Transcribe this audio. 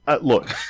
look